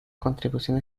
contribución